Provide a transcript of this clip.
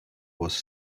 was